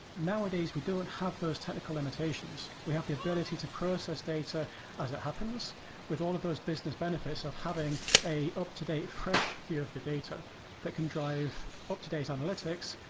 nowadays, we don't have those technical limitations. we have the ability to process data as it happens with all of those business benefits of having an up-to-date fresh view of the data that can drive up-to-date analytics,